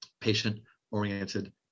patient-oriented